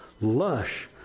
lush